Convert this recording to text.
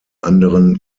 anderen